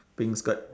green skirt